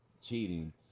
cheating